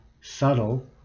subtle